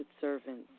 servants